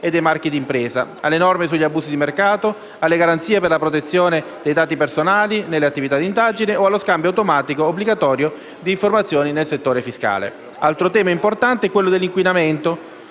e dei marchi d'impresa, alle norme su abusi di mercato, alle garanzie per la protezione dei dati personali nelle attività di indagine o allo scambio automatico obbligatorio di informazioni nel settore fiscale. Altro tema importante è quello dell'inquinamento,